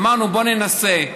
אמרנו, בואו ננסה.